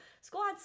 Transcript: squats